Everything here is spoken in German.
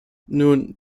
nun